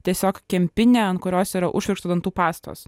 tiesiog kempinė ant kurios yra užšvirkšta dantų pastos